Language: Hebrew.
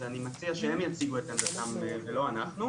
ואני מציע שהם יציגו את עמדתם ולא אנחנו.